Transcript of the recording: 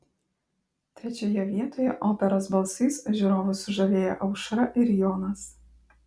trečioje vietoje operos balsais žiūrovus sužavėję aušra ir jonas